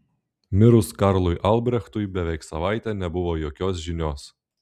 mirus karlui albrechtui beveik savaitę nebuvo jokios žinios